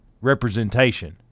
representation